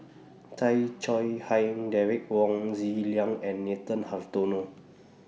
Tay Chong Hai Derek Wong Zi Liang and Nathan Hartono